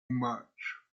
much